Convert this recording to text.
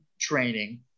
training